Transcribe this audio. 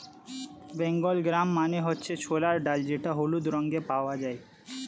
Bengal gram মানে হচ্ছে ছোলার ডাল যেটা হলুদ রঙে পাওয়া যায়